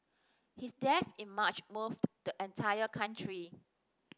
his death in March moved the entire country